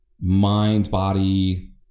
mind-body